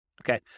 Okay